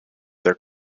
their